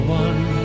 one